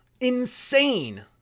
insane